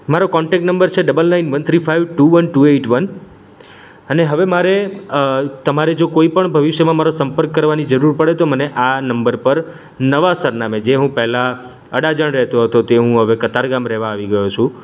મારો contact number છે double nine one three five two one two eight one અને હવે મારે તમારે જો કોઈ પણ ભવિષ્યમાં મારો સંપર્ક કરવાની જરૂર પડે તો મને આ નંબર પર નવા સરનામે જે હું પેલા અડાજણ રહેતો હતો તે હવે હું કતાર ગામ રહેવા આવી ગયો છું